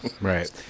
Right